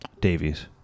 Davies